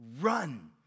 run